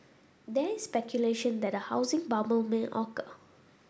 there is speculation that a housing bubble may occur